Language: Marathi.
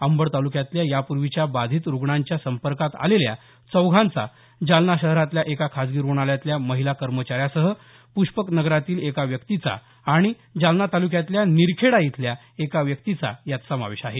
अंबड तालुक्यातल्या यापूर्वीच्या बाधित रुग्णांच्या संपर्कात आलेल्या चौघांचा जालना शहरातल्या एका खासगी रुग्णालयातल्या महिला कर्मचाऱ्यासह पुष्पकनगरातील एका व्यक्तीचा आणि जालना तालुक्यातल्या निरखेडा इथल्या एका व्यक्तीचा यात समावेश आहे